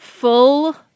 full